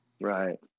Right